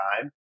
time